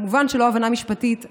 כמובן שלא הבנה משפטית,